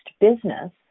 business